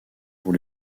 pour